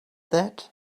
that